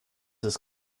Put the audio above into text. ist